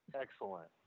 excellent